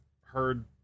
heard